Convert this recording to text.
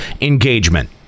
engagement